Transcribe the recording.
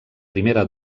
primera